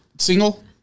Single